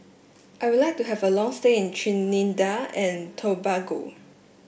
I would like to have a long stay in Trinidad and Tobago